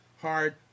hard